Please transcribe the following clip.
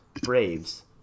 Braves